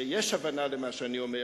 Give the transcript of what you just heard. שיש הבנה למה שאני אומר,